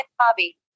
hobby